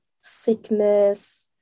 sickness